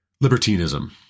libertinism